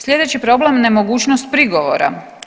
Slijedeći problem, nemogućnost prigovora.